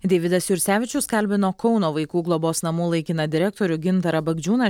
deividas jursevičius kalbino kauno vaikų globos namų laikiną direktorių gintarą bagdžiūną